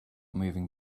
moving